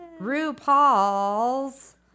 RuPaul's